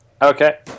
Okay